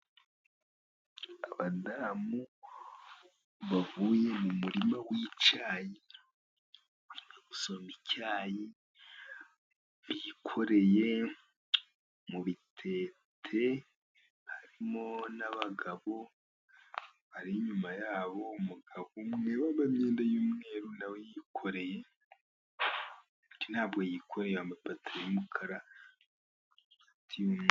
Abadamu bavuye mu murima wi'icyayi gusoma icyayi bikoreye mu bitete harimo n'abagabo bari inyuma yabo, umugabo umwe wa imyenda y'umweru nawe yikoreye ntabwo yikoreye amapata y'umukara.